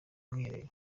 bwiherero